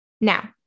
Now